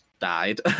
died